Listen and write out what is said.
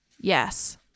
Yes